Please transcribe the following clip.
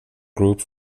group